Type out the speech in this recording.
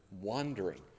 wandering